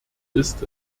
ist